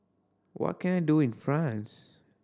what can I do in France